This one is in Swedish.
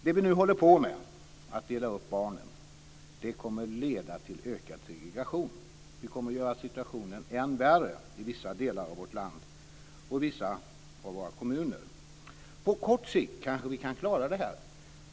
Det vi nu håller på med, dvs. att dela upp barnen, kommer att leda till ökad segregation. Vi kommer att göra situationen än värre i vissa delar av vårt land och i vissa av våra kommuner. På kort sikt kanske vi kan klara det här.